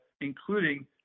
including